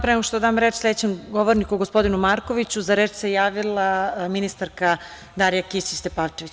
Pre nego što dam reč sledećem govorniku, gospodinu Markoviću, za reč se javila ministarka Darija Kisić Tepavčević.